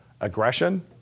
aggression